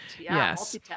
Yes